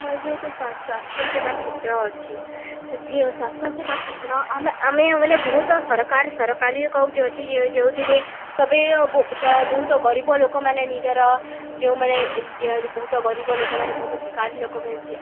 ଆମର ଯେତୁ ସ୍ୱାସ୍ଥ୍ୟ ସେବା କ୍ଷେତ୍ର ଅଛି ସେଥି ସ୍ୱାସ୍ଥ୍ୟ ସେବା କ୍ଷେତ୍ର ଆମେ ଆମେ ମାନେ ବହୁତ ସରକାର ସରକାରୀ କେଉଁଠି ଅଛି ଯେଉଁଥିରେ ସବେ ବହୁତ ଗରିବ ଲୋକମାନେ ନିଜର ଯେଉଁମାନେ ବହୁତ ଗରିବ ଲୋକମାନେ ବହୁତ ଭିକାରୀ ଲୋକମାନେ